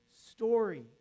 story